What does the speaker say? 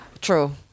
True